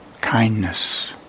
Kindness